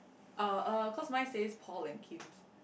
uh er cause mine says Paul and Kim's